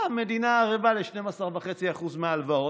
המדינה ערבה ל-12.5% מהלוואות.